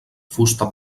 fusta